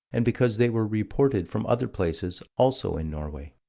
and because they were reported from other places, also, in norway.